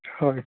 হয়